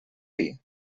dir